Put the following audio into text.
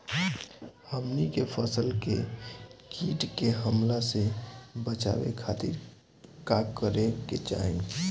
हमनी के फसल के कीट के हमला से बचावे खातिर का करे के चाहीं?